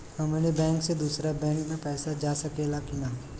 हमारे बैंक से दूसरा बैंक में पैसा जा सकेला की ना?